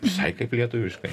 visai kaip lietuviškai